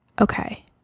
Okay